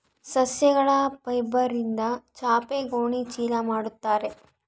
ಸಸ್ಯಗಳ ಫೈಬರ್ಯಿಂದ ಚಾಪೆ ಗೋಣಿ ಚೀಲ ಮಾಡುತ್ತಾರೆ